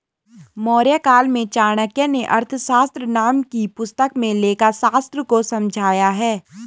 मौर्यकाल में चाणक्य नें अर्थशास्त्र नाम की पुस्तक में लेखाशास्त्र को समझाया है